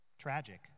tragic